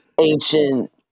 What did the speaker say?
ancient